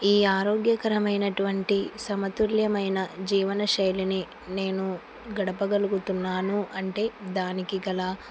ఈ ఆరోగ్యకరమైనటువంటి సమతుల్యమైన జీవన శైలిని నేను గడపగలుగుతున్నాను అంటే దానికి గల